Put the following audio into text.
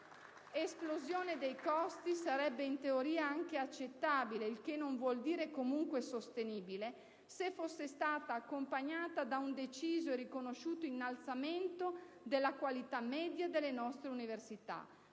esplosione dei costi sarebbe in teoria anche accettabile - il che non vuol comunque dire sostenibile - se fosse stata accompagnata da un deciso e riconosciuto innalzamento della qualità media delle nostre università.